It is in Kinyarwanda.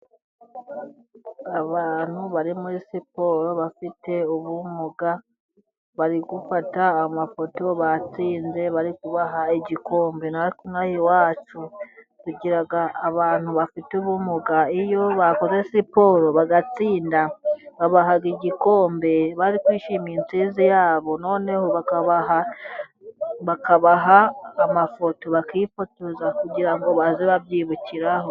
Abantu bari muri siporo bafite ubumuga, bari gufata amafoto batsinze, bari kubaha igikombe. Na twe ino aha iwacu tugira abantu bafite ubumuga, iyo bakoze siporo bagatsinda, babaha igikombe bari kwishimira intsinzi yabo, noneho bakabaha amafoto bakifotoza kugira ngo bajye babyibukiraho.